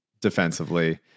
defensively